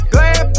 Glad